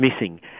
missing